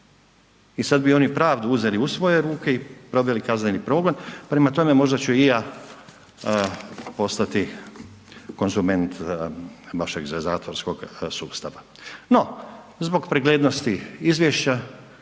I sad bi oni pravdu uzeli u svoje ruke i proveli kazneni progon. Prema tome možda ću i ja postati konzument vašeg zatvorskog sustava. No, zbog preglednosti izvješća,